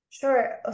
Sure